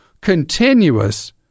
continuous